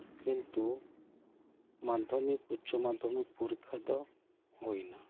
ᱠᱤᱱᱛᱩ ᱢᱟᱫᱽᱫᱷᱚᱢᱤᱠ ᱩᱪᱪᱚᱢᱟᱫᱽᱫᱷᱚᱢᱤᱠᱯᱚᱨᱤᱠᱠᱷᱟ ᱫᱚ ᱦᱩᱭ ᱮᱱᱟ